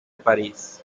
parís